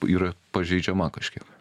yra pažeidžiama kažkiek